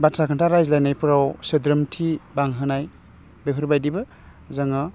बाथ्रा खोथा रायज्लायनायफोराव सोद्रोमथि बांहोनाय बेफोरबायदिबो जोङो